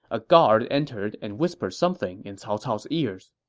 a guard entered and whispered something in cao cao's ears.